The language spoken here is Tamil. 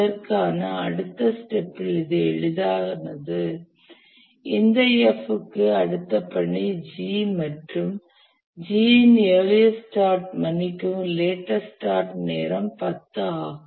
இதற்கான அடுத்த ஸ்டெபில் இது எளிதானது இந்த F க்கு அடுத்தடுத்த பணி G மற்றும் G இன் இயர்லியஸ்ட்ஸ்டார்ட் மன்னிக்கவும் லேட்டஸ்ட் ஸ்டார்ட் நேரம் 10 ஆகும்